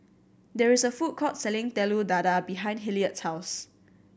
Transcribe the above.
there is a food court selling Telur Dadah behind Hilliard's house